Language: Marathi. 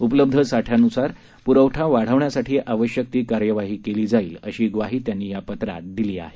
उपलब्ध साठ्यानुसार पुरवठा वाढवण्यासाठी आवश्यक ती कार्यवाही केली जाईलअशी ग्वाही त्यांनी या पत्रात दिली आहे